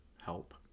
help